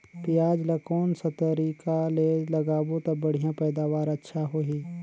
पियाज ला कोन सा तरीका ले लगाबो ता बढ़िया पैदावार अच्छा होही?